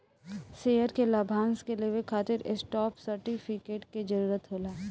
share के लाभांश के लेवे खातिर स्टॉप सर्टिफिकेट के जरूरत होला